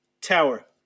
Tower